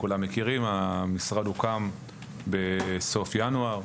המשרד הוקם בסוף ינואר,